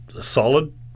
solid